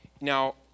Now